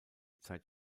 zeit